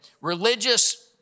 religious